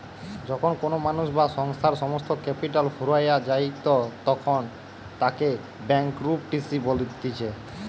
যখন কোনো মানুষ বা সংস্থার সমস্ত ক্যাপিটাল ফুরাইয়া যায়তখন তাকে ব্যাংকরূপটিসি বলতিছে